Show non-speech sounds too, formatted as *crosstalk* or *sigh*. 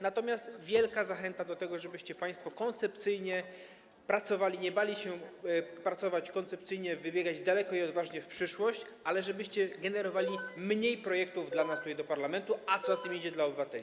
Natomiast wielka zachęta do tego, żebyście państwo pracowali koncepcyjnie, nie bali się pracować koncepcyjnie, wybiegali daleko i odważnie w przyszłość, ale żebyście generowali *noise* mniej projektów dla nas tutaj, do parlamentu, a co za tym idzie - dla obywateli.